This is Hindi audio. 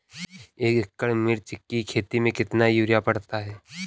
एक एकड़ मिर्च की खेती में कितना यूरिया पड़ता है?